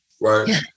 right